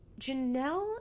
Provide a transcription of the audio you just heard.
janelle